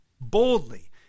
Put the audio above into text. boldly